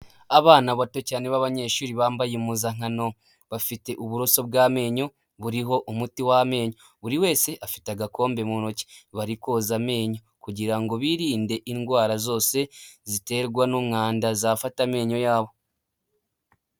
Abana bato cyane b'abanyeshuri bambaye impuzankano bafite uburoso bw'amenyo buriho umuti w'amenyo, buri wese afite agakombe mu ntoki bari koza amenyo, kugira ngo birinde indwara zose ziterwa n'umwanda zafata amenyo yabo.